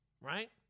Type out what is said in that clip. Right